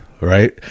right